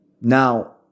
Now